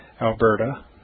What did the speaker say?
Alberta